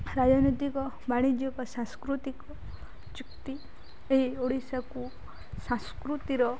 ରାଜନୈତିକ ବାଣିଜ୍ୟକ ସାଂସ୍କୃତିକ ଯୁକ୍ତି ଏହି ଓଡ଼ିଶାକୁ ସାଂସ୍କୃତିର